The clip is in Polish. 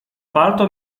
palto